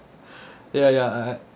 ya ya I I